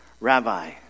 Rabbi